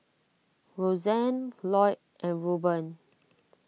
Roxane Lloyd and Ruben